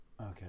okay